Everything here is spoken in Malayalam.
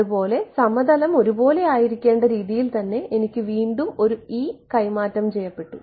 അതുപോലെ സമതലം ഒരുപോലെ ആയിരിക്കേണ്ട രീതിയിൽ തന്നെ എനിക്ക് വീണ്ടും ഒരു E കൈമാറ്റം ചെയ്യപ്പെട്ടു